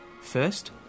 First